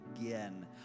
again